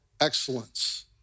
excellence